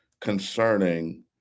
concerning